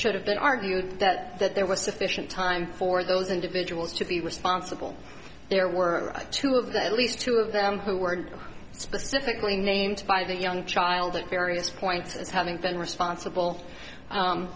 should have been argued that that there was sufficient time for those individuals to be responsible there were two of them at least two of them who were specifically named by the young child at various points as having been responsible